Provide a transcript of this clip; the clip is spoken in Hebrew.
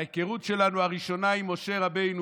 ההיכרות הראשונה שלנו עם משה רבנו,